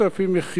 זה המינימום.